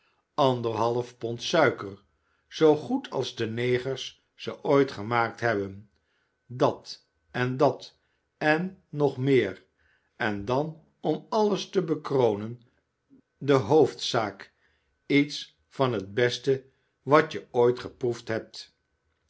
anderhalf pond suiker zoo goed als de negers ze ooit gemaakt hebben dat en dat en nog meer en dan om alles te bekronen de hoofdzaak iets van het beste wat je ooit geproefd hebt